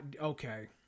okay